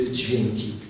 dźwięki